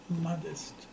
modest